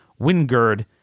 Wingard